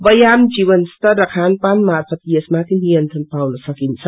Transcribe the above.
व्यायाम जीवनस्तर र खनपान मार्फत यस मार्गि नियन्त्रण पाउन सकिन्छ